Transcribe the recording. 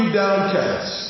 downcast